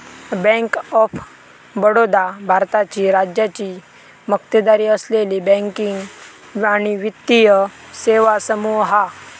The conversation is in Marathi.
बँक ऑफ बडोदा भारताची राज्याची मक्तेदारी असलेली बँकिंग आणि वित्तीय सेवा समूह हा